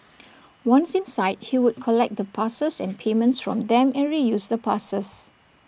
once inside he would collect the passes and payments from them and reuse the passes